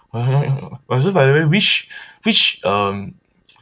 how many also by the way which which um